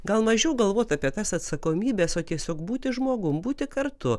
gal mažiau galvot apie tas atsakomybes o tiesiog būti žmogum būti kartu